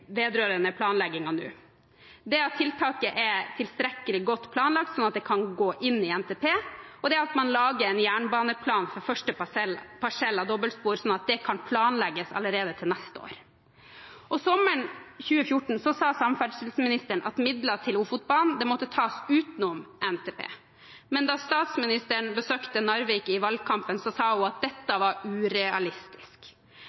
vedrørende planleggingen nå: Det ene er at tiltaket er tilstrekkelig godt planlagt, sånn at det kan gå inn i NTP, og det andre er at man lager en jernbaneplan for første parsell av dobbeltspor, sånn at det kan planlegges allerede til neste år. Sommeren 2014 sa samferdselsministeren at midler til Ofotbanen måtte tas utenom NTP. Men da statsministeren besøkte Narvik i valgkampen, sa hun at dette var urealistisk.